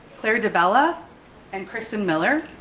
claire dibella and kristin miller,